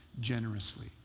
generously